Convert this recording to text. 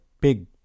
big